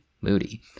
moody